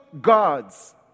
gods